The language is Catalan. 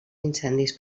incendis